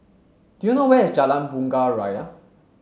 do you know where is Jalan Bunga Raya